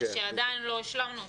שעדיין לא השלמנו אותו.